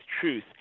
truth